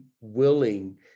willing